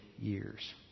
years